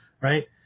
Right